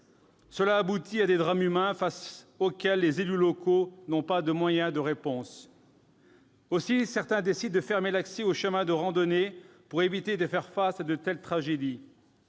Cela aboutit à des drames humains face auxquels les élus locaux n'ont pas de moyens de réponse. Aussi, certains d'entre eux décident de fermer l'accès aux chemins de randonnée pour éviter de subir de telles tragédies.